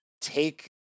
take